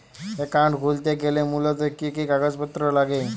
Account খুলতে গেলে মূলত কি কি কাগজপত্র লাগে?